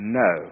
no